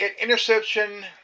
Interception